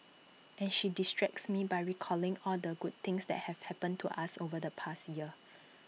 and she distracts me by recalling all the good things that have happened to us over the past year